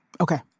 Okay